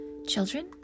Children